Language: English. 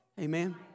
Amen